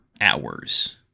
hours